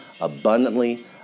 abundantly